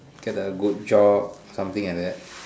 get a good job something like that